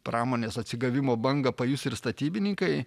pramonės atsigavimo bangą pajus ir statybininkai